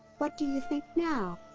what do you think now?